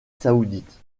saoudite